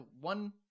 one